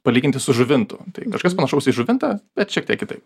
palyginti su žuvintu tai kažkas panašaus į žuvintą bet šiek tiek kitaip